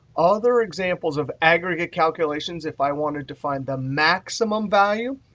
other examples of aggregate calculations, if i wanted to find the maximum value,